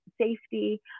safety